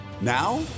Now